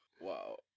Wow